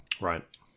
Right